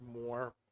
more